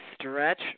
Stretch